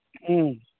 ꯎꯝ